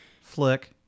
Flick